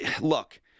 look